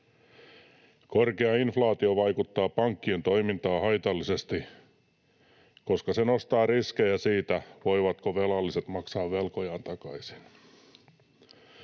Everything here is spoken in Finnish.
Korkea inflaatio vaikuttaa pankkien toimintaan haitallisesti, koska se nostaa riskejä siitä, voivatko velalliset maksaa velkojaan takaisin.